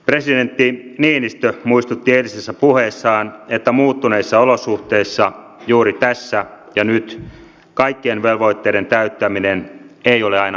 presidentti niinistö muistutti eilisessä puheessaan että muuttuneissa olosuhteissa juuri tässä ja nyt kaikkien velvoitteiden täyttäminen ei ole aina mahdollista